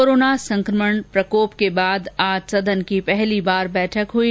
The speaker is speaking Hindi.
कोरोना संक्रमण प्रकोप के बाद आज सदन की पहली बार बैठक हई